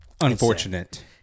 unfortunate